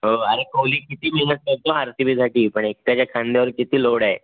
हो अरे कोहली किती मेहनत करतो आर सी बीसाठी पण एकट्याच्या खांद्यावर किती लोड आहे